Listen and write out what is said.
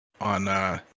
on